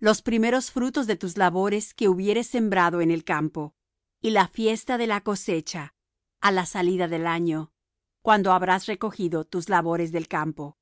los primeros frutos de tus labores que hubieres sembrado en el campo y la fiesta de la cosecha á la salida del año cuando habrás recogido tus labores del campo